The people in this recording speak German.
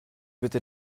bitte